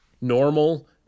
normal